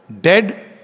dead